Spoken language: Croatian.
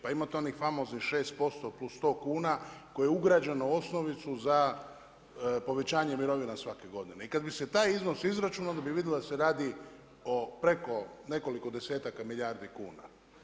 Pa imate onih famoznih 6% plus 100 kuna koje je ugrađeno u osnovicu za povećanje mirovina svake godine i kada bi se taj iznos izračunao onda bi vidjeli da se radi o preko nekoliko desetaka milijardi kuna.